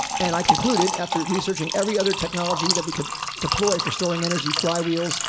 and i concluded, after researching every other technology that we could deploy for storing energy flywheels,